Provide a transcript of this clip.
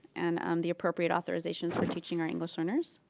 and the appropriate authorizations for teaching our english learners.